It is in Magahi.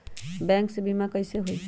बैंक से बिमा कईसे होई?